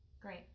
Great